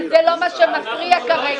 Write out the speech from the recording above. אבל זה לא מה שמפריע כרגע.